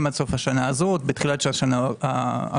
עד סוף השנה הזו או בתחילת השנה הקרובה.